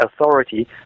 authority